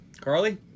Carly